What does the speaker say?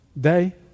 day